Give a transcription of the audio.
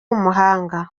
umuhanga